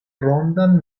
rondan